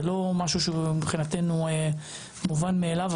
זה לא משהו שהוא מבחינתנו מובן מאליו,